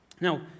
Now